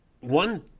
one